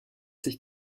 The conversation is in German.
sich